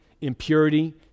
impurity